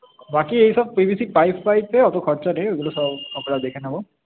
বাকি এইসব PVC pipe ফাইপে অতো খরচা নেই ওইগুলো সব আমরা দেখে নেব